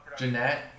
Jeanette